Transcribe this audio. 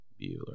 bueller